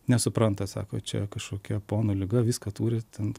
nesupranta sako čia kažkokia ponų liga viską turi ten